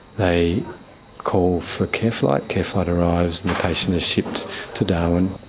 they call for careflight, careflight arrives patient is shipped to darwin.